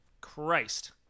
Christ